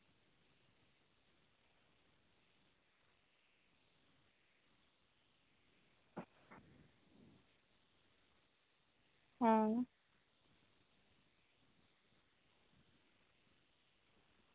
हां